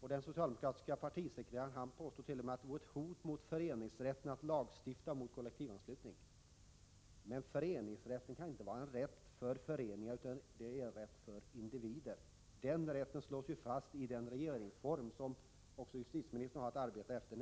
Den socialdemokratiska partisekreteraren påstod t.o.m. att det vore ett hot mot föreningsrätten att lagstifta mot kollektivanslutning. Föreningsrätten kan emellertid inte vara en rätt för föreningar, det är en rätt för individer. Den rätten slås fast i den regeringsform som också justitieministern har att arbeta efter.